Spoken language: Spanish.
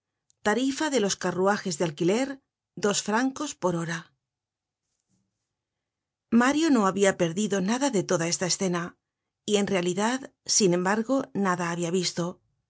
tarifa de los carruajes de alquiler dos francos por hora mario no habia perdido nada de toda esta escena y en realidad sin embargo nada habia visto